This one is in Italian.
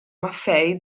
maffei